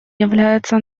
является